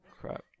crap